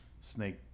Snake